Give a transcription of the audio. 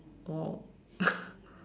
!wow!